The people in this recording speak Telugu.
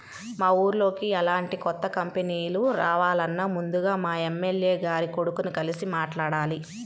మా ఊర్లోకి ఎలాంటి కొత్త కంపెనీలు రావాలన్నా ముందుగా మా ఎమ్మెల్యే గారి కొడుకుని కలిసి మాట్లాడాలి